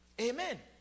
Amen